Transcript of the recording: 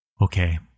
Okay